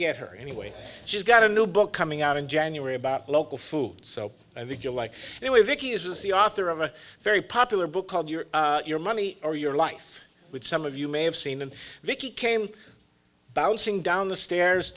get her anyway she's got a new book coming out in january about local food so i think you'll like it when vicki is the author of a very popular book called your your money or your life with some of you may have seen and vicki came bouncing down the stairs